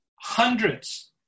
hundreds